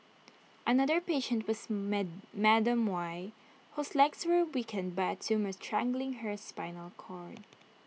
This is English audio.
another patient was Madam Y whose legs were weakened by A tumour strangling her spinal cord